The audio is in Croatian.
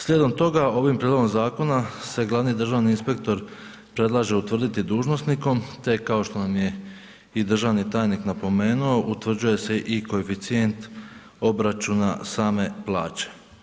Slijedom toga, ovim prijedlogom zakona se glavni državni inspektor predlaže utvrditi dužnosnikom tekao što nam je i državni tajnim napomenuo, utvrđuje se i koeficijent obračuna same plaće.